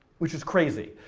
which is crazy.